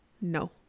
no